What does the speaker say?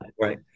right